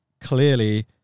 clearly